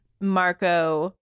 Marco